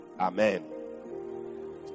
Amen